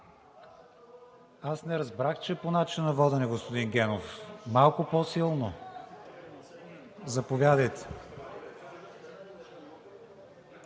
Аз не разбрах, че е по начина на водене, господин Генов – малко по-силно! Заповядайте